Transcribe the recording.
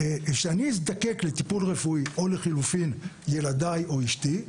כשאני אזדקק לטיפול רפואי או לחילופין ילדיי או אשתי,